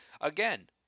Again